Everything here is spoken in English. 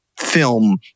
film